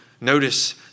Notice